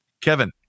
Kevin